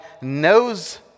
knows